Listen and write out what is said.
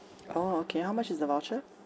orh okay how much is the voucher